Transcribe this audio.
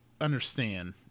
understand